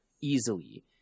easily